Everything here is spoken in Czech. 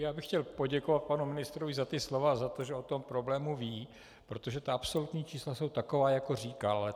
Já bych chtěl poděkovat panu ministrovi za ta slova a za to, že o tom problému ví, protože ta absolutní čísla jsou taková, jak říkal.